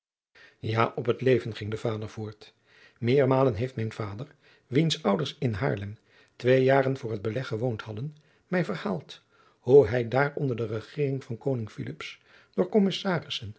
ja op het leven ging de vader voort meermalen heeft mijn vader wiens ouders in haarlem twee jaren voor het beleg gewoond hadden mij verhaald hoe hij daar onder de regering van koning filips door